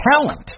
talent